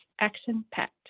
action-packed